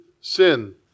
sin